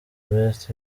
best